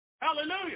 Hallelujah